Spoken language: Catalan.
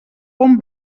bon